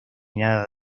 nada